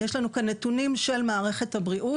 יש לנו כאן נתונים של מערכת הבריאות,